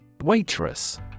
Waitress